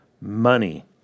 Money